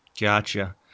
Gotcha